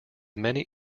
many